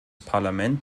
parlament